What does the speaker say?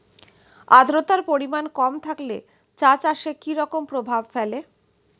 আদ্রতার পরিমাণ কম থাকলে চা চাষে কি রকম প্রভাব ফেলে?